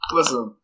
Listen